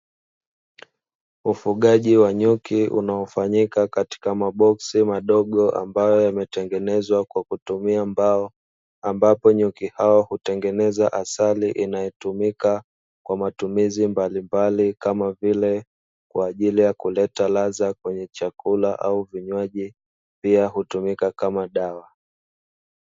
Ufugaji wa nyuki unaofanyika katika maboksi madogo, ambayo yametengenezwa kwa kutumia mbao, ambapo nyuki hao hutengeneza asali inayotumika kwa matumizi mbalimbali kama vile kwa ajili ya kuleta ladha kwenye chakula au vinywaji, pia hutumika kama dawa.